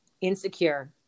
insecure